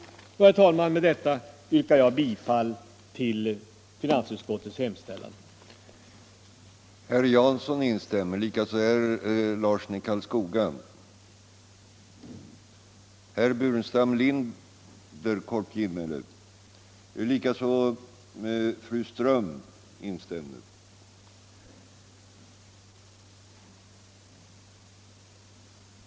Herr talman! Med detta yrkar jag bifall till finansutskottets hemställan i de båda betänkandena.